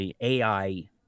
AI